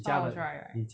so I was right right